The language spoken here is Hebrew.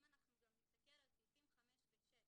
אם נסתכל על סעיפים 5 ו-6,